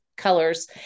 colors